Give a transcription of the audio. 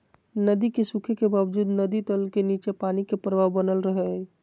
नदी के सूखे के बावजूद नदी तल के नीचे पानी के प्रवाह बनल रहइ हइ